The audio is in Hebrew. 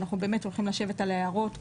אנחנו באמת הולכים לשבת על ההערות,